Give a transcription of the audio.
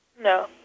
No